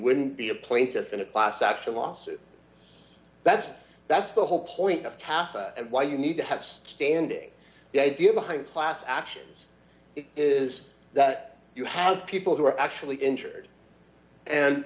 wouldn't be a plaintiff in a class action lawsuit that's that's the whole point of cathy and why you need to have standing the idea behind class actions is that you have people who are actually injured and